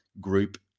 group